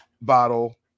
bottle